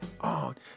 on